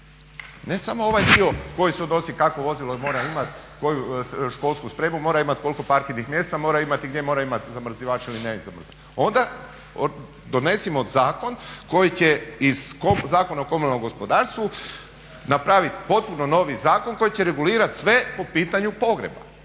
ne samo ovaj dio koji se odnosi kakvo vozilo mora imat, koju školsku spremu mora imat, koliko parkirnih mjesta imat i gdje mora imat zamrzivač ili …. Onda donesimo zakon koji će iz Zakona o komunalnom gospodarstvu napravit potpuno novi zakon koji će regulirat sve po pitanju pogreba